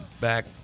back